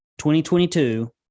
2022